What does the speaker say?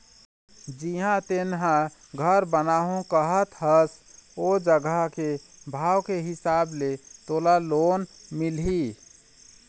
जिहाँ तेंहा घर बनाहूँ कहत हस ओ जघा के भाव के हिसाब ले तोला लोन मिलही